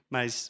Mas